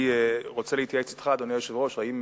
אני רוצה להתייעץ אתך, אדוני היושב-ראש, האם